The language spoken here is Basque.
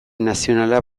nazionala